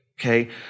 okay